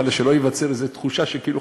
חלילה שלא תיווצר איזו תחושה שכאילו,